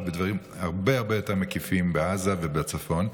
בדברים הרבה הרבה יותר מקיפים בעזה ובצפון.